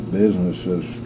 businesses